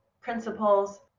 principles